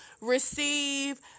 receive